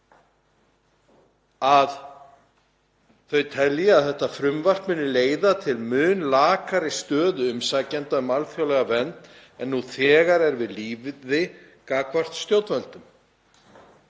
að þau telji að þetta frumvarp muni leiða til mun lakari stöðu umsækjenda um alþjóðlega vernd en nú þegar er við lýði gagnvart stjórnvöldum